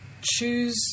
choose